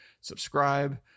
subscribe